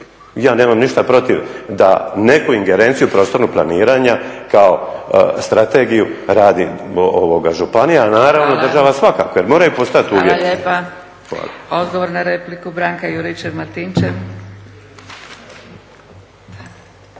Ja nemam ništa protiv da neku ingerenciju prostornog planiranja kao strategiju radi županija. Naravno, država svakako jer moraju postojati uvjeti.